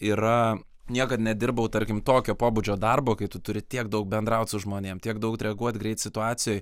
yra niekad nedirbau tarkim tokio pobūdžio darbo kai tu turi tiek daug bendraut su žmonėm tiek daug reaguot greit situacijoj